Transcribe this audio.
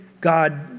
God